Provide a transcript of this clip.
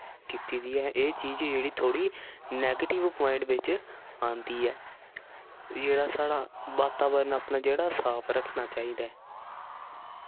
कीती दी ऐ एह् चीज जेह्ड़ी थोह्ड़ी नैगेटिव प्वाइंट विच आंदी ऐ जेह्ड़ा साढ़ा बाताबरण अपना जेह्ड़ा साफ रक्खना चाहिदा ऐ